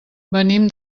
venim